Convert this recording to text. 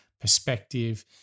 perspective